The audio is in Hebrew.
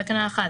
בתקנה 1,